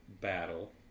battle